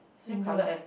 window ah